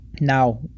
Now